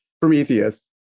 Prometheus